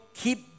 keep